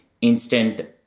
instant